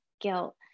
guilt